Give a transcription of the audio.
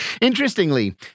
Interestingly